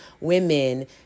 women